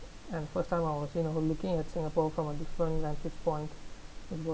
and first time I was you know looking at singapore from a different vantage point